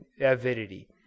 avidity